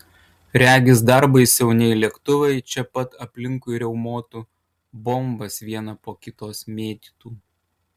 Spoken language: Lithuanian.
regis dar baisiau nei lėktuvai čia pat aplinkui riaumotų bombas vieną po kitos mėtytų